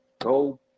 Go